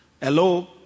Hello